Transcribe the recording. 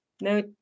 No